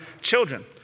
children